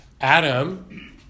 Adam